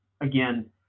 again